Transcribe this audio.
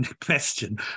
question